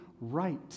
right